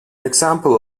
example